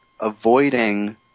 avoiding